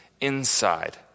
inside